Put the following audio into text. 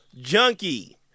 junkie